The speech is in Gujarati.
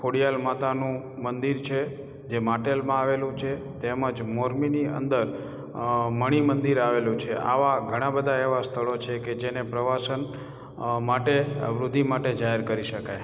ખોડિયાર માતાનું મંદિર છે જે માટેલમાં આવેલું છે તેમજ મોરબીની અંદર અ મણી મંદિર આવેલું છે આવા ઘણાં બધા એવાં સ્થળો છે કે જેને પ્રવાસન માટે અ વૃદ્ધિ માટે જાહેર કરી શકાય